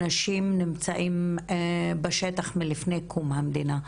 האנשים נמצאים בשטח מלפני קום המדינה,